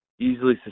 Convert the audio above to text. easily